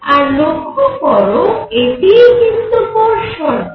আর লক্ষ্য করো এটিই কিন্তু বোর শর্ত